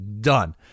done